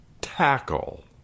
Tackle